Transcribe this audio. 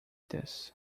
this